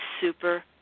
super